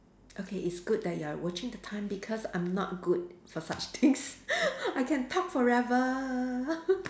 okay it's good that you are watching the time because I'm not good for such things I can talk forever